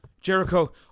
Jericho